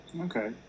okay